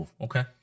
Okay